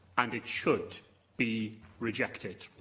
and it should be rejected.